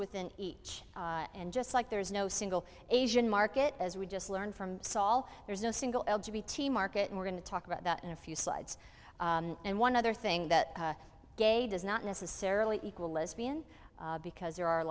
within each and just like there is no single asian market as we just learned from saul there's no single market and we're going to talk about that in a few slides and one other thing that gay does not necessarily equal lesbian because there are a